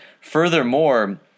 Furthermore